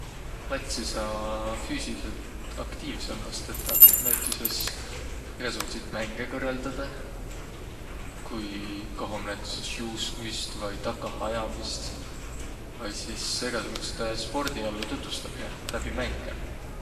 Latsi saa füüsilidselt aktiivsembas tetäq näütüses egasugutsit mänge kõrraldadeh. Kui koh om näütüses juuskmist vai takah ajamist. Vai sis egäsugutsidõ spordiallu tutvustaminõ läbi mänge.